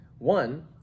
One